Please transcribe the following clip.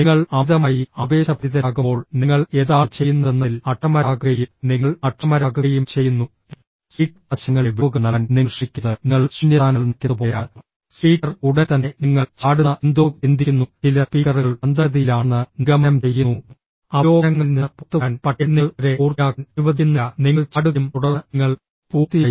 നിങ്ങൾ അമിതമായി ആവേശഭരിതരാകുമ്പോൾ നിങ്ങൾ എന്താണ് ചെയ്യുന്നതെന്നതിൽ അക്ഷമരാകുകയും നിങ്ങൾ അക്ഷമരാകുകയും ചെയ്യുന്നു സ്പീക്കർ ആശയങ്ങളിലെ വിടവുകൾ നൽകാൻ നിങ്ങൾ ശ്രമിക്കുന്നത് നിങ്ങൾ ശൂന്യസ്ഥാനങ്ങൾ നിറയ്ക്കുന്നതുപോലെയാണ് സ്പീക്കർ ഉടൻ തന്നെ നിങ്ങൾ ചാടുന്ന എന്തോ ചിന്തിക്കുന്നു ചില സ്പീക്കറുകൾ മന്ദഗതിയിലാണെന്ന് നിഗമനം ചെയ്യുന്നു അവലോകനങ്ങളിൽ നിന്ന് പുറത്തുവരാൻ പക്ഷേ നിങ്ങൾ അവരെ പൂർത്തിയാക്കാൻ അനുവദിക്കുന്നില്ല നിങ്ങൾ ചാടുകയും തുടർന്ന് നിങ്ങൾ പൂർത്തിയായി